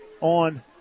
on